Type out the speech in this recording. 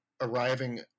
arriving